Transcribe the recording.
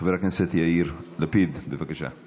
חבר הכנסת יאיר לפיד, בבקשה.